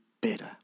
better